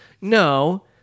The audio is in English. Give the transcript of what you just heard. no